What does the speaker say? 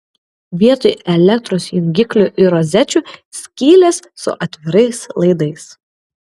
vietoj elektros jungiklių ir rozečių skylės su atvirais laidais